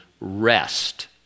rest